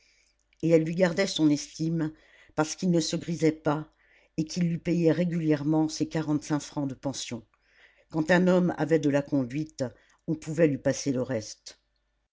et elle lui gardait son estime parce qu'il ne se grisait pas et qu'il lui payait régulièrement ses quarante-cinq francs de pension quand un homme avait de la conduite on pouvait lui passer le reste